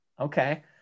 Okay